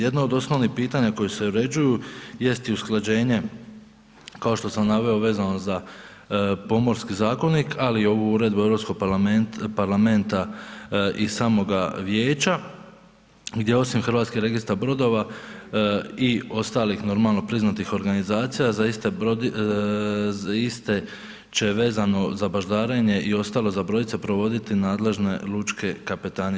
Jedna od osnovnih pitanja koji se uređuju jest i usklađenje kao što sam naveo vezano za Pomorski zakonik, ali i ovu uredbu Europskog parlamenta i samoga vijeća gdje osim Hrvatske registar brodova i ostalih normalno priznatih organizacija za iste će vezano za baždarenje i ostalo za brodove provoditi nadležne lučke kapetanije.